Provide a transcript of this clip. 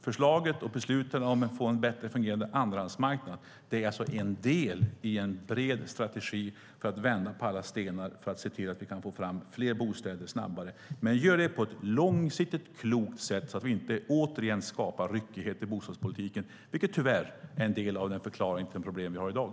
Förslaget och besluten om att få en bättre fungerande andrahandsmarknad är alltså en del i en bred strategi för att vända på alla stenar för att se till att vi kan få fram fler bostäder snabbare men göra det på ett långsiktigt, klokt sätt, så att vi inte återigen skapar ryckighet i bostadspolitiken, vilket tyvärr är en del av förklaringen till de problem som vi har i dag.